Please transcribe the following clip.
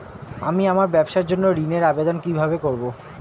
আমি আমার ব্যবসার জন্য ঋণ এর আবেদন কিভাবে করব?